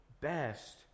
best